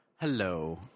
Hello